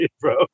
bro